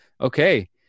Okay